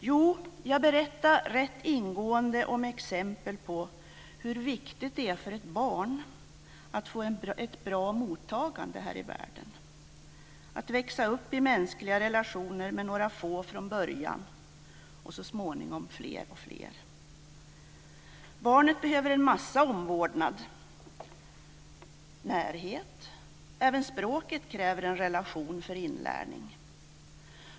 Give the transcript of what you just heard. Jo, jag berättade rätt ingående och med exempel hur viktigt det är för ett barn att få ett bra mottagande här i världen - att växa upp i mänskliga relationer med några få från början, och så småningom fler och fler. Barnet behöver en massa omvårdnad och närhet. Även språket kräver en relation för inlärning.